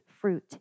fruit